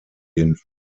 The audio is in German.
den